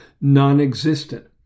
non-existent